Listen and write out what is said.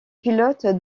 pilotes